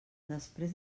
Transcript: després